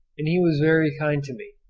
and he was very kind to me.